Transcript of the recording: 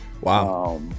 Wow